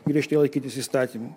griežtai laikytis įstatymų